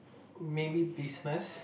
maybe business